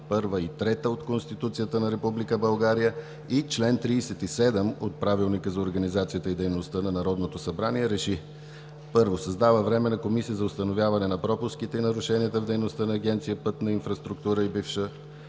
ал. 1 и 3 от Конституцията на Република България и чл. 37 от Правилника за организацията и дейността на Народното събрание РЕШИ: 1. Създава Временна комисия за установяване на пропуските и нарушенията в дейността на Агенция „Пътна инфраструктура“ и бившата